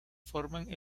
forman